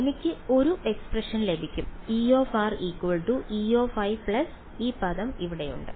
അതിനാൽ എനിക്ക് ഒരു എക്സ്പ്രഷൻ ലഭിക്കും E E i ഈ പദം ഇവിടെയുണ്ട്